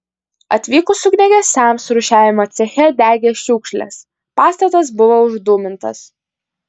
atvykus ugniagesiams rūšiavimo ceche degė šiukšlės pastatas buvo uždūmintas